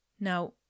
Now